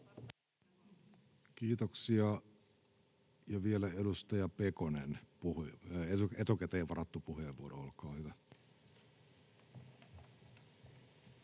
Kiitoksia. — Ja vielä edustaja Pekonen, etukäteen varattu puheenvuoro, olkaa hyvä.